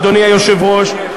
אדוני היושב-ראש,